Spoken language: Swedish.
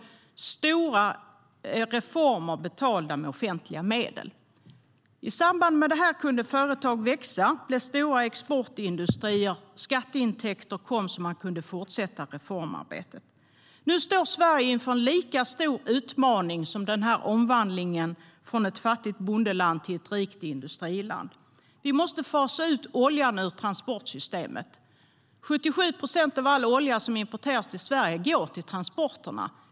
Det var stora reformer som betalades med offentliga medel. I samband med detta kunde företag växa till stora exportindustrier. Genom skatteintäkter kunde man fortsätta reformarbetet. Nu står Sverige inför en lika stor utmaning som omvandlingen från ett fattigt bondeland till ett rikt industriland. Vi måste fasa ut oljan ur transportsystemet. 77 procent av all olja som importeras till Sverige går till transporter.